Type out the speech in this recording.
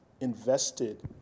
invested